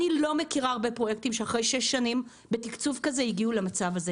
אני לא מכירה הרבה פרויקטים שאחרי שש שנים בתקצוב כזה הגיעו למצב הזה.